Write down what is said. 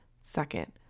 second